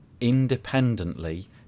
independently